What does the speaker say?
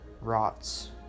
Rots